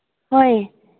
ꯍꯣꯏ